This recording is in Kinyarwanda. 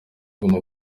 bihugu